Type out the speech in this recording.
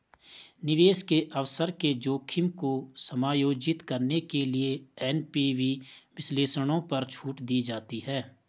निवेश के अवसर के जोखिम को समायोजित करने के लिए एन.पी.वी विश्लेषणों पर छूट दी जाती है